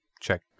check